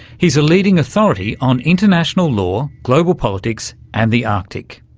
he's a leading authority on international law, global politics and the arctic.